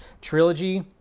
trilogy